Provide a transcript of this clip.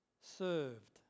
served